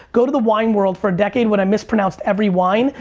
go to the wine world for a decade when i mispronounced every wine.